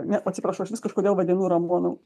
ne atsiprašau aš vis kažkodėl vadinu romanu